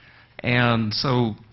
and so